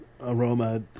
aroma